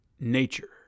Nature